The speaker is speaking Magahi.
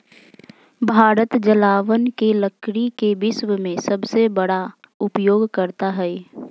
भारत जलावन के लकड़ी के विश्व में सबसे बड़ा उपयोगकर्ता हइ